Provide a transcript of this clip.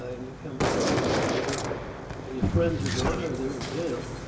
and you come back years later and your friends are gone or they're in jail.